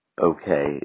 okay